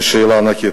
זו שאלה ענקית.